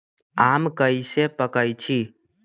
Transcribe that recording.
आम कईसे पकईछी?